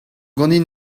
ganin